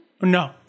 No